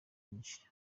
byinshi